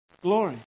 Glory